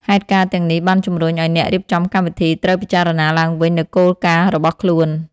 ហេតុការណ៍ទាំងនេះបានជំរុញឱ្យអ្នករៀបចំកម្មវិធីត្រូវពិចារណាឡើងវិញនូវគោលការណ៍របស់ខ្លួន។